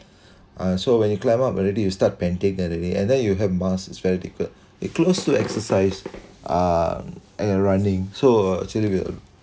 uh so when you climb up already you start panting already and then you have mask it's very difficult it's close to exercise uh and running so actually we are